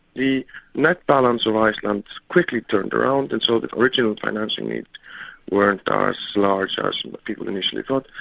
the nett balance of iceland quickly turned around and so the original financing needs weren't ah as large ah as and but people initially thought,